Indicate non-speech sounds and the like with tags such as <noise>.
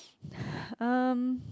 <breath> um